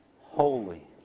holy